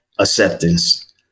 Acceptance